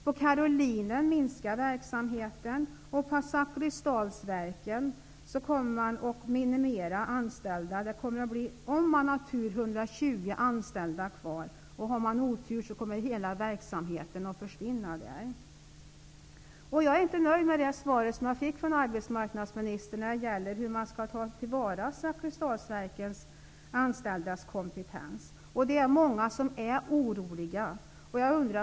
På Zakrisdalsverken kommer man att minimera antalet anställda. Om man har tur kommer 120 anställda att få vara kvar, och har man otur kommer hela verksamheten att försvinna. Jag är inte nöjd med det svar jag fick från arbetsmarknadsministern om hur man skall ta till vara kompetensen hos Zakrisdalsverkens anställda. Det är många som är oroliga.